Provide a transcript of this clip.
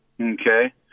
Okay